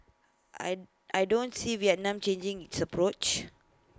I I don't see Vietnam changing its approach